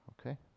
Okay